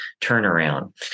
turnaround